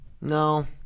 No